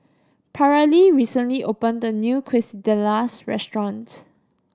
Paralee recently opened a new Quesadillas restaurant